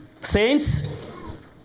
Saints